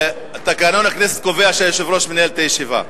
תקנון הכנסת קובע שהיושב-ראש מנהל את הישיבה.